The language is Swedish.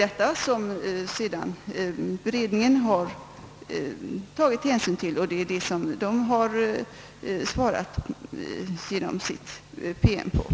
Detta har beredningen tagit hänsyn till och även svarat på genom sin promemoria.